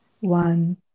one